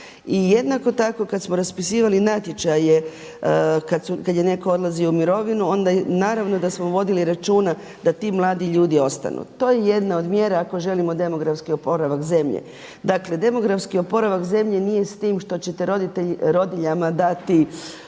I jednako tako kad smo raspisivali natječaje kad je netko odlazio u mirovinu onda naravno da smo vodili računa da ti mladi ljudi ostanu. To je jedna od mjera ako želimo demografski oporavak zemlje. Dakle, demografski oporavak zemlje nije s tim što ćete rodiljama dati